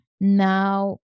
now